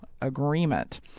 agreement